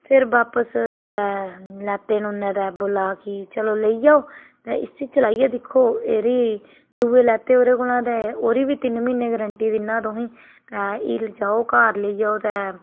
फिर बापस जोल्लै लैते न उ'ने ते बोला दा कि चलो लेई जाओ ते इसी चलाइयै दिक्खो एह्दी दुए लैते ओह्दे कोला ते ओह्दी बी तिन्न म्हीने गरंटी दिन्नां तुसें ते एह् लेई जाओ घर लेई जाओ ते